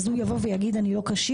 אז הוא יבוא ויגיד אני לא כשיר?